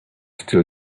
still